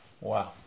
Wow